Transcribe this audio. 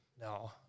No